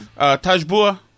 Tajbua